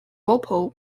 walpole